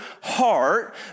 heart